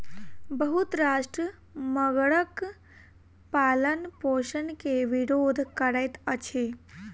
बहुत राष्ट्र मगरक पालनपोषण के विरोध करैत अछि